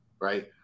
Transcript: right